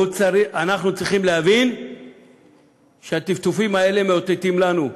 אנחנו צריכים להבין שהטפטופים האלה מאותתים לנו,